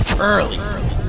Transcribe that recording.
Early